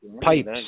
pipes